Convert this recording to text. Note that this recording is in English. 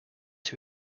who